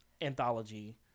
anthology